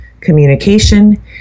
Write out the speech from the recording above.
communication